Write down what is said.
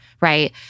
right